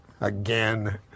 Again